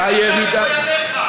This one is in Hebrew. אתה במו-ידיך,